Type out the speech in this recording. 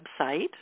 website